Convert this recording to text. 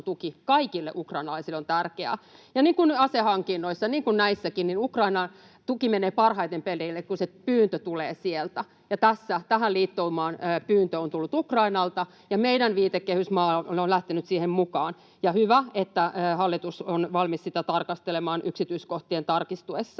tuki kaikille ukrainalaisille on tärkeää. Ja niin kuin asehankinnoissa, niin näissäkin Ukrainan tuki menee parhaiten perille, kun se pyyntö tulee sieltä. Tähän liittoumaan pyyntö on tullut Ukrainalta, ja meidän viitekehysmaat ovat lähteneet siihen mukaan. Hyvä, että hallitus on valmis sitä tarkastelemaan yksityiskohtien tarkistuessa.